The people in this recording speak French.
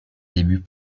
débuts